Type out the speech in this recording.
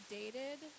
dated